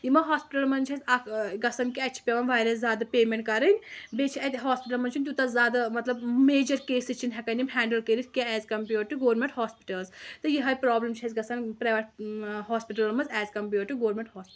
یِمن ہاسپِٹلو منٛز چھُ اکھ گژھان کہِ اَتہِ چھِ پیٚوان واریاہ زیادٕ پیمینٛٹ کَرٕنۍ بیٚیہِ چھُ اَتہِ ہاسپِٹلَن منٛز چھُ نہٕ توٗتاہ زیادٕ مطلب میجر کیسز چھِ نہٕ ہٮ۪کان یِم ہینٛڈٕل کٔرِتھ کیٚنٛہہ as compared to government hospitals تہٕ یِہے پرابلِم چھےٚ اَسہِ گژھان پریویٹ ہاسپِٹلن منٛز as compared to government hospital